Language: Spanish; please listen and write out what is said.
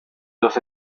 los